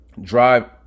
drive